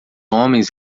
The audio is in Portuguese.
homens